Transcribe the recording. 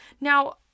Now